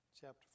chapter